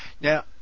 Now